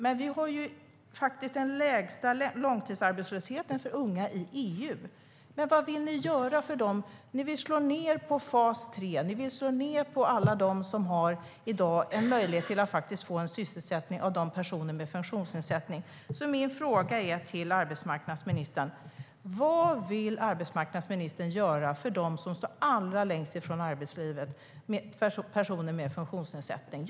Men Sverige har den lägsta långtidsarbetslösheten för unga i EU. Vad vill ni göra för dem? Ni vill slå ned på fas 3, ni vill slå ned på alla dem med funktionsnedsättning som i dag har möjlighet att få en sysselsättning. Vad vill arbetsmarknadsministern göra för dem som står allra längst från arbetslivet bland personer med funktionsnedsättning?